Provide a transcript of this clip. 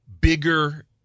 bigger